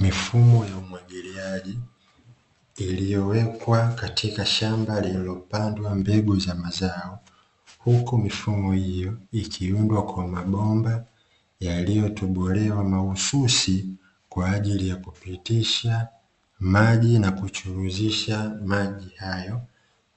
Mifumo ya umwagiliaji iliyowekwa katika shamba lililopandwa mbegu za mazao, huku mifumo hiyo ikiundwa kwa mabomba yaliyotobolewa mahususi kwa ajili ya kupitisha maji na kuchuruzisha maji hayo